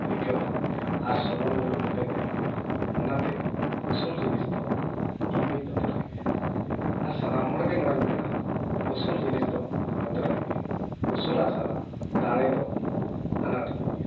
ᱟᱹᱭᱠᱟᱹᱜᱼᱟ ᱟᱨ ᱥᱚᱞᱚᱝ ᱧᱩᱨᱩᱜ ᱞᱮᱠᱟ ᱜᱮ ᱟᱹᱭᱠᱟᱹᱜᱼᱟ ᱚᱱᱟᱛᱮ ᱩᱥᱩᱞ ᱡᱤᱱᱤᱥ ᱫᱚ ᱤᱧᱫᱩᱧ ᱵᱚᱛᱚᱨᱟᱜ ᱜᱮᱭᱟ ᱟᱨ ᱥᱟᱱᱟᱢ ᱦᱚᱲᱜᱮ ᱱᱚᱣᱟᱧ ᱢᱮᱱᱟ ᱩᱥᱩᱞ ᱡᱤᱱᱤᱥ ᱫᱚ ᱵᱚᱛᱚᱨᱟᱜ ᱜᱮ ᱩᱥᱩᱞᱟᱜ ᱥᱟᱱᱟᱜ ᱫᱟᱲᱮᱫᱚ ᱟᱱᱟᱴ ᱧᱚᱜ ᱜᱮᱭᱟ